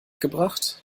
gebracht